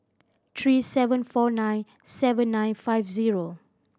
three seven four nine seven nine five zero